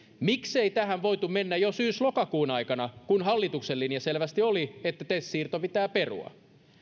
miksei tähän voitu mennä jo syys lokakuun aikana kun hallituksen linja selvästi oli että tes siirto pitää perua